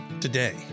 Today